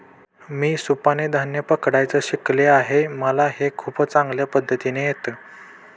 मी सुपाने धान्य पकडायचं शिकले आहे मला हे खूप चांगल्या पद्धतीने येत